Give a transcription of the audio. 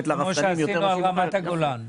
כמו שעשינו על רמת הגולן.